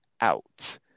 out